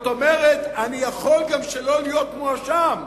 לא לך, זאת אומרת, אני יכול גם שלא להיות מואשם,